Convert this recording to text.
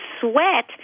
sweat